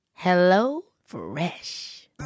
HelloFresh